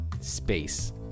space